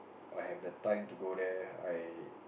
I have the time to go there I